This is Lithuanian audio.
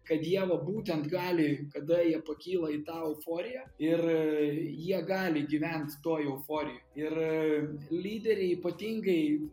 kad jie va būtent gali kada jie pakyla į tą euforiją ir jie gali gyvent toj euforijoj ir lyderiai ypatingai